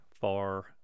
far